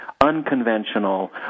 unconventional